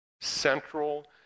central